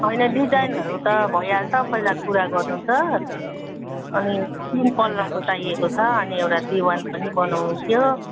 होइन डिजाइनहरू त भइहाल्छ पहिला कुरा गर्नु छ अनि तिन पल्लाको चाहिएको छ अनि एउटा दिवान पनि बनाउनु थियो